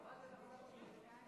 משפחת אפלבאום שנמצאת כאן איתנו,